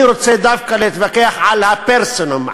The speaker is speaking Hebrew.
אני רוצה דווקא להתווכח על ה-personam,